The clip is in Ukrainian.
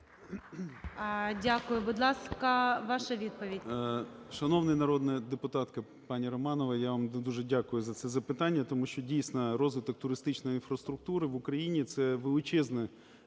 Дякую. Будь ласка, ваша відповідь. 11:08:01 ЗУБКО Г.Г. Шановна народна депутатка пані Романова, я вам дуже дякую за це запитання. Тому що, дійсно, розвиток туристичної інфраструктури в Україні – це величезне